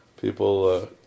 people